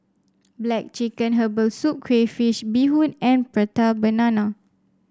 black chicken Herbal Soup Crayfish Beehoon and Prata Banana